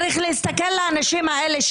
צריך להסתכל על האנשים האלה,